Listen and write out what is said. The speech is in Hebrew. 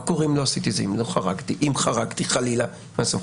מה קורה אם לא עשיתי זה, אם חרגתי חלילה מהסמכות?